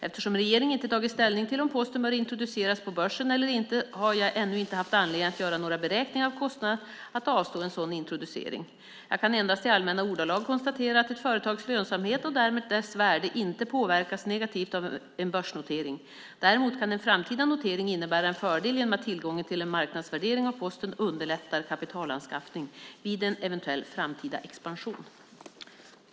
Eftersom regeringen inte tagit ställning till om Posten bör introduceras på börsen eller inte har jag ännu inte haft anledning att göra några beräkningar av kostnaderna för att avstå en sådan introducering. Jag kan endast i allmänna ordalag konstatera att ett företags lönsamhet - och därmed dess värde - inte påverkas negativt av en börsnotering. Däremot kan en framtida notering innebära en fördel genom att tillgången till en marknadsvärdering av Posten underlättar kapitalanskaffning vid en eventuell framtida expansion.